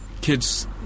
kids